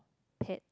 pet